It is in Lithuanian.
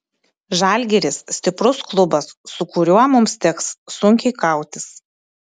žalgiris stiprus klubas su kuriuo mums teks sunkiai kautis